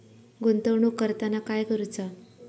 गुंतवणूक करताना काय करुचा?